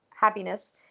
happiness